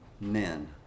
men